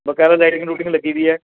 ਬਕਾਇਦਾ lighting looting ਲੱਗੀ ਵੀ ਹੈ